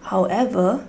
however